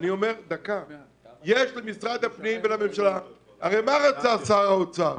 מה רצה שר האוצר?